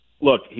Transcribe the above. Look